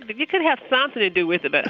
and and you could have something to do with it, but